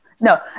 No